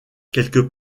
quelques